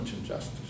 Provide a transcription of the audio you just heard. injustice